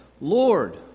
Lord